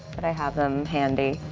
but i have them handy.